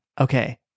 Okay